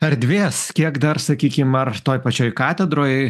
erdvės kiek dar sakykim ar toj pačioj katedroj